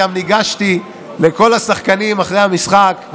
גם ניגשתי לכל השחקנים אחרי המשחק,